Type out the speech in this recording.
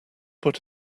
put